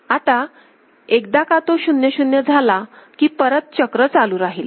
आता एकदा का तो 0 0 झाला की परत चक्र चालू राहील